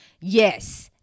yes